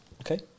Okay